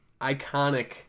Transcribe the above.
iconic